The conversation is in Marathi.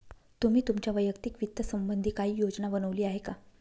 तुम्ही तुमच्या वैयक्तिक वित्त संबंधी काही योजना बनवली आहे का?